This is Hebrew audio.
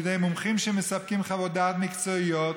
לידי מומחים שמספקים חוות דעת מקצועיות,